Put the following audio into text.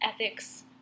ethics